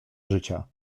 życia